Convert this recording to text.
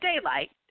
daylight